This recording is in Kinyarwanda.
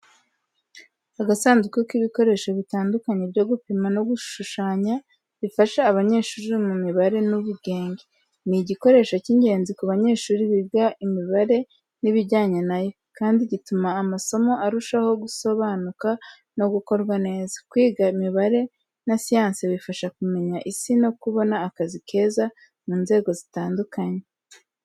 Agasandu k’ibikoresho bitandukanye byo gupima no gushushanya bifasha abanyeshuri mu mibare n’ubugenge. Ni igikoresho cy'ingenzi ku banyeshuri biga imibare n'ibijyanye na yo, kandi gituma amasomo arushaho gusobanuka no gukorwa neza. Kwiga imibare na siyansi bifasha kumenya isi no kubona akazi keza mu nzego zitandukanye.